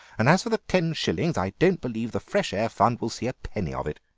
and as for the ten shillings, i don't believe the fresh air fund will see a penny of it!